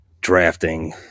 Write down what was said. drafting